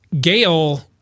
Gail